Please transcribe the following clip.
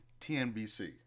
TNBC